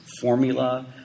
formula